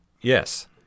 Yes